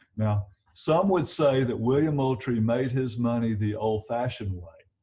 now some would say that william moultrie made his money the old-fashioned way.